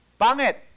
pangit